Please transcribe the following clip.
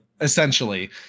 essentially